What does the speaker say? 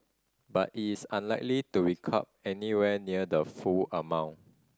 but it is unlikely to anywhere near the full amount